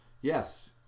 Yes